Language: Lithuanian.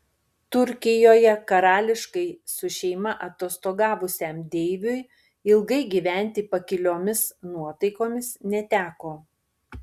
turkijoje karališkai su šeima atostogavusiam deiviui ilgai gyventi pakiliomis nuotaikomis neteko